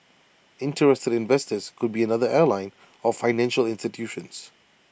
interested investors could be another airline or financial institutions